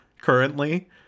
currently